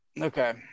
Okay